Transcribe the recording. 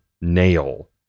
nail